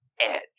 edge